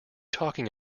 talking